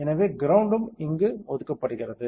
எனவே கிரௌண்ட்டும் இங்கு ஒதுக்கப்படுகிறது